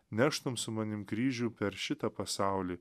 neštum su manim kryžių per šitą pasaulį